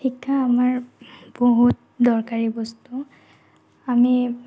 শিক্ষা আমাৰ বহুত দৰকাৰী বস্তু আমি